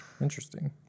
Interesting